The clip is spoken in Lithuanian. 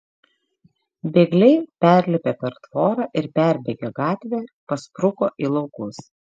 bėgliai perlipę per tvorą ir perbėgę gatvę paspruko į laukus